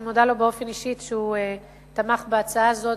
מודה לו באופן אישי על כך שהוא תמך בהצעה הזאת,